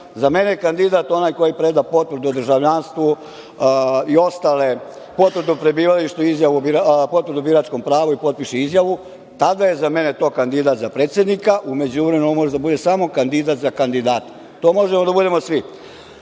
Za mene je kandidat onaj koji preda potvrdu o državljanstvu, potvrdu o prebivalištu, potvrdu o biračkom pravu i potpiše izjavu. Tada je za mene to kandidat za predsednika. U međuvremenu, on može da bude samo kandidat za kandidata. To možemo da budemo